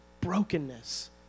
brokenness